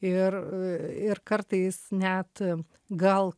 ir ir kartais net gal